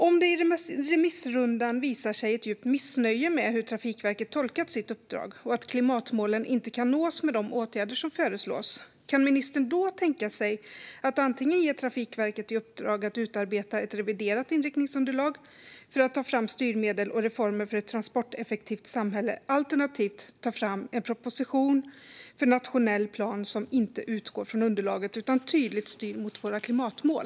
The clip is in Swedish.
Om det i remissrundan visar sig ett djupt missnöje med hur Trafikverket tolkat sitt uppdrag och att klimatmålen inte kan nås med de åtgärder som föreslås, kan ministern då tänka sig att ge Trafikverket i uppdrag att utarbeta ett reviderat inriktningsunderlag för att ta fram styrmedel och reformer för ett transporteffektivt samhälle alternativt ta fram en proposition för nationell plan som inte utgår från underlaget utan tydligt styr mot våra klimatmål?